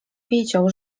wiedział